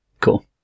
Cool